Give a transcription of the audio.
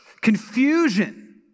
confusion